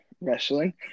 wrestling